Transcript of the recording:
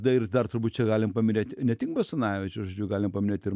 dar ir dar turbūt čia galim paminėt ne tik basanavičių galim paminėt ir